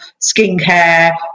skincare